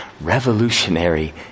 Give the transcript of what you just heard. revolutionary